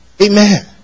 Amen